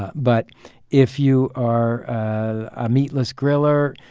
ah but if you are a meatless griller,